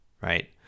right